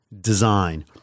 design